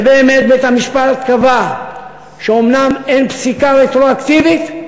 ובאמת בית-המשפט קבע שאומנם אין פסיקה רטרואקטיבית,